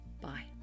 bye